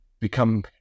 become